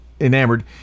enamored